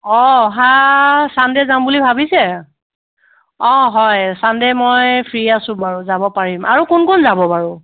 অঁ অহা ছানডে যাম বুলি ভাবিছে অঁ হয় ছানডে মই ফ্ৰী আছোঁ বাৰু যাব পাৰিম আৰু কোন কোন যাব বাৰু